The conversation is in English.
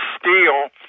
steal